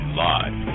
live